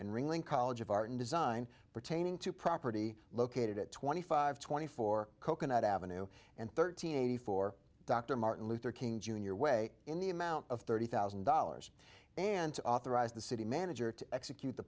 and ringling college of art and design pertaining to property located at twenty five twenty four coconut avenue and thirteen eighty four dr martin luther king jr way in the amount of thirty thousand dollars and authorized the city manager to execute the